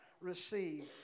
receive